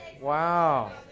wow